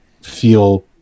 feel